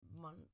month